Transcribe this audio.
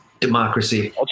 democracy